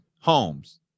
homes